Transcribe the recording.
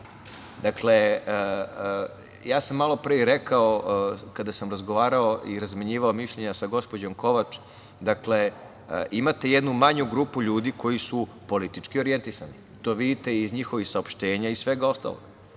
Dakle, ja sam malopre i rekao kada sam razgovarao i razmenjivao mišljenja sa gospođom Kovač, imate jednu manju grupu ljudi koji su politički orijentisani. To vidite iz njihovih saopštenja i svega ostalog,